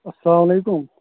اَسلام علیکُم